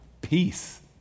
peace